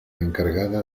encargada